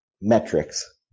metrics